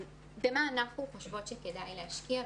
במה אנחנו חושבות שכדאי להשקיע?